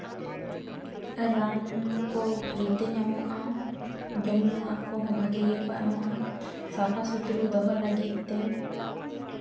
ᱨᱟᱱ ᱠᱚ ᱯᱷᱨᱤ ᱛᱮ ᱧᱟᱢᱚᱜᱼᱟ ᱡᱚᱢ ᱧᱩᱣᱟᱜ ᱠᱚᱦᱚᱸ ᱵᱷᱟᱹᱜᱮ ᱜᱮᱠᱚ ᱮᱢᱚᱜᱼᱟ ᱥᱟᱯᱷᱟ ᱥᱩᱛᱨᱟᱹ ᱫᱚᱦᱚ ᱞᱟᱹᱜᱤᱫ ᱛᱮ